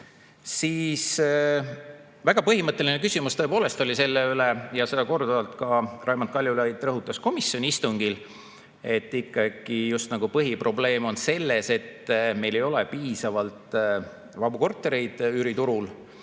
põhimõtteline küsimus tõepoolest oli see – ja seda korduvalt ka Raimond Kaljulaid rõhutas komisjoni istungil –, et ikkagi on põhiprobleem selles, et meil ei ole piisavalt vabu kortereid üüriturul.